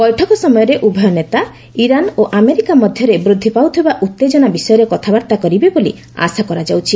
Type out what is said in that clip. ବୈଠକ ସମୟରେ ଉଭୟ ନେତା ଇରାନ ଓ ଆମେରିକା ମଧ୍ୟରେ ବୃଦ୍ଧି ପାଉଥିବା ଉତ୍ତେଜନା ବିଷୟରେ କଥାବାର୍ତ୍ତା କରିବେ ବୋଲି ଆଶା କରାଯାଉଛି